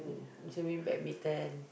swimming badminton